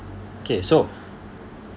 okay so